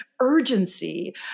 urgency